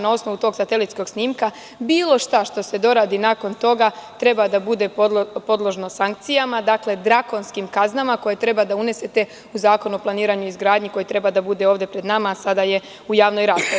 Na osnovu tog satelitskog snimka bilo šta što se doradi nakon toga treba da bude podložno sankcijama, dakle drakonskim kaznama koje treba da unesete u Zakon o planiranju izgradnje, koji treba da bude ovde pred nama, a sad je u javnoj raspravi.